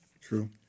True